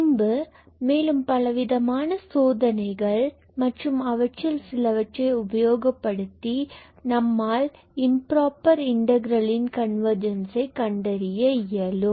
பின்பு மேலும் பலவிதமான சோதனைகள் மற்றும் அவற்றில் சிலவற்றை உபயோகப்படுத்தி நம்மால் இம்புரோபர் இன்டகிரல்லின் கன்வர்ஜென்ஸ் கண்டறிய இயலும்